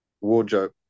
wardrobe